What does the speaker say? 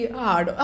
hard